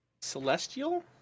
Celestial